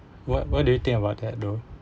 what what do you think about that though